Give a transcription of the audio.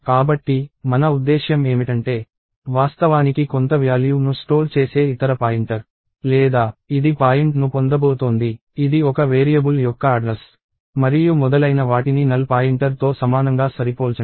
కాబట్టి మన ఉద్దేశ్యం ఏమిటంటే వాస్తవానికి కొంత వ్యాల్యూ ను స్టోర్ చేసే ఇతర పాయింటర్ లేదా ఇది పాయింట్ను పొందబోతోంది ఇది ఒక వేరియబుల్ యొక్క అడ్రస్ మరియు మొదలైన వాటిని నల్ పాయింటర్ తో సమానంగా సరిపోల్చండి